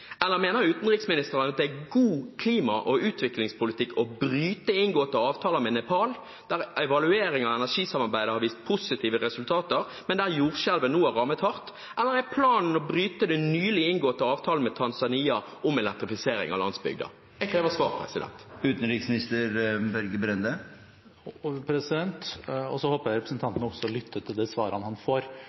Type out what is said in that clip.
Mener utenriksministeren at det er god klima- og utviklingspolitikk å bryte inngåtte avtaler med Nepal, der evaluering av energisamarbeidet har vist positive resultater, men der jordskjelvet nå har rammet hardt? Og: Er planen å bryte den nylig inngåtte avtalen med Tanzania om elektrifisering av landsbygda? Jeg krever svar. Jeg håper representanten også lytter til de svarene han får.